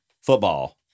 football